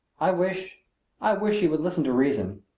i wish i wish she would listen to reason.